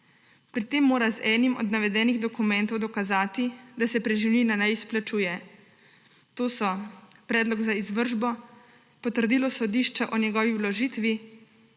Pri tem mora z enim od navedenih dokumentov dokazati, da se preživnina ne izplačuje. Ti so: predlog za izvršbo, potrdilo sodišča o njegovi vložitvi,